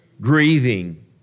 grieving